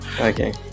Okay